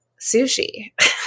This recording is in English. sushi